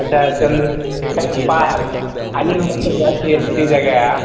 अच्छा चंद्रशेखर पार्क आइए मैम यह तो बहुत ही अच्छी जगह है